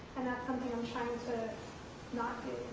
and that's something i'm trying to not